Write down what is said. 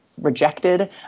rejected